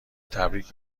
تبریک